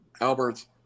Albert's